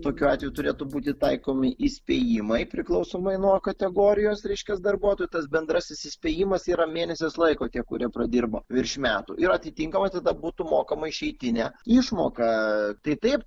tokiu atveju turėtų būti taikomi įspėjimai priklausomai nuo kategorijos reiškias darbuotojų tas bendrasis įspėjimas yra mėnesis laiko tie kurie pradirbo virš metų ir atitinkamai tada būtų mokama išeitinė išmoka tai taip